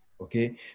Okay